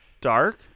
dark